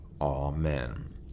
Amen